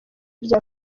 rya